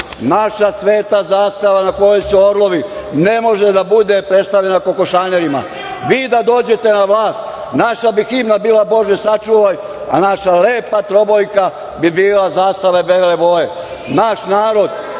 naša sveta zastava na kojoj su orlovi ne može da bude predstavljena kokošanerima. Vi da dođete na vlast naša bi himna bila – Bože sačuvaj, a naša lepa trobojka bi bila zastava bele boje.